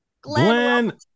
Glenn